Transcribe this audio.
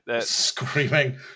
Screaming